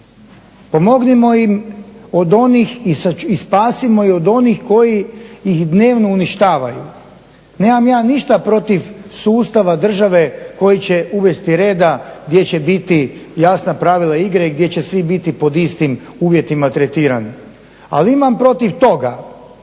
Pomognimo im od onih i spasimo ih od onih koji ih dnevno uništavaju. Nemam ja ništa protiv sustava države koji će uvesti reda gdje će biti jasna pravila igre i gdje će svi biti pod istim uvjetima tretirani. Ali imam protiv toga